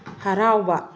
ꯍꯔꯥꯎꯕ